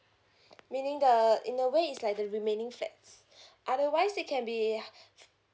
meaning the in a way it's like the remaining flats otherwise you can be uh